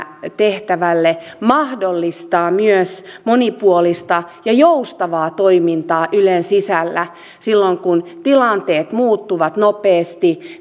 tehtävälle mahdollistaa myös monipuolista ja joustavaa toimintaa ylen sisällä silloin kun tilanteet muuttuvat nopeasti